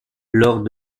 lors